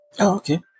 Okay